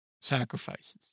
sacrifices